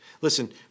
Listen